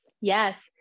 Yes